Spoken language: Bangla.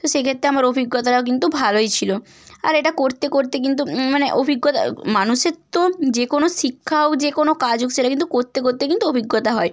তো সেক্ষেত্রে আমার অভিজ্ঞতাটাও কিন্তু ভালোই ছিল আর এটা করতে করতে কিন্তু মানে অভিজ্ঞতা মানুষের তো যে কোনো শিক্ষা হোক যে কোনো কাজ হোক সেটা কিন্তু করতে করতে কিন্তু অভিজ্ঞতা হয়